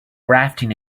rafting